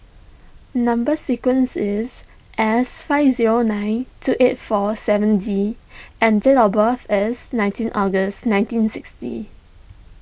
Number Sequence is S five zero nine two eight four seven D and date of birth is nineteen August nineteen sixty